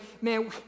man